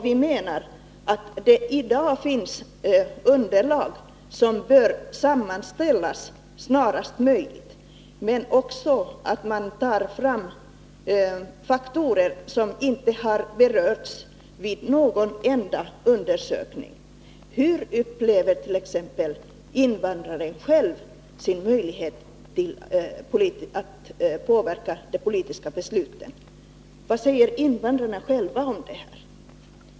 Vi menar att det i dag finns underlag som bör sammanställas snarast möjligt. Man bör också ta fram faktorer som inte har berörts i någon enda undersökning. Hur upplever t.ex. invandrarna själva sin möjlighet att påverka de politiska besluten? Vad säger invandrarna själva?